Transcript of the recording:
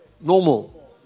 Normal